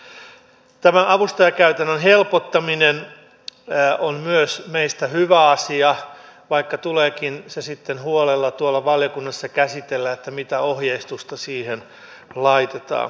myös tämä avustajakäytännön helpottaminen on meistä hyvä asia vaikka tuleekin sitten huolella tuolla valiokunnassa käsitellä se että mitä ohjeistusta siihen laitetaan